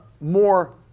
more